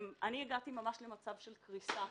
הגעתי ממש למצב של קריסה.